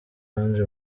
ange